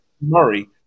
Murray